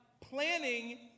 planning